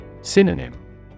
Synonym